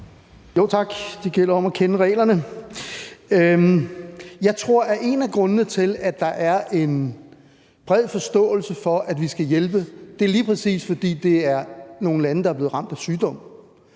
Tak. Det gælder om at kende reglerne. Jeg tror, at en af grundene til, at der er en bred forståelse for, at vi skal hjælpe, er lige præcis, at det er nogle lande, der er blevet ramt af sygdom,